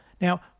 Now